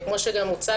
כמו שגם הוצג,